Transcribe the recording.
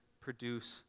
produce